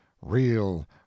real